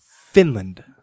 Finland